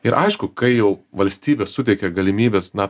ir aišku kai jau valstybė suteikia galimybes na